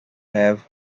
have